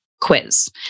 quiz